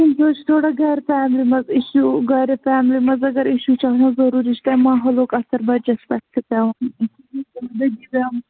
أمِس چھُ تھوڑا گَرِ فیملی منٛز اِشوٗ گرِ فیملی منٛز اگر اِشوٗ چھِ آسان ضروٗری چھِ تَمہِ ماحولُک اثر بَچَس پٮ۪ٹھ چھِ پٮ۪وان زِنٛدگی پٮ۪وَان